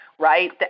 right